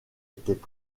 étaient